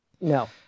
No